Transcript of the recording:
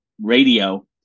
radio